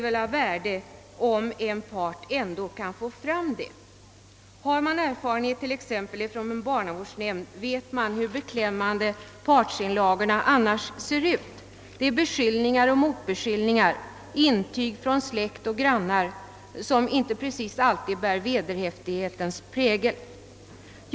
Har man erfarenhet t.ex. från en barnavårdsnämd vet man hur beklämmande partsinlagorna är. Det är beskyllningar och motbeskyllningar, det är intyg från släkt och grannar som inte alltid bär vederhäftighetens prägel.